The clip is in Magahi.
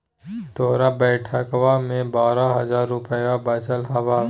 तोहर बैंकवा मे बारह हज़ार रूपयवा वचल हवब